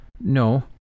No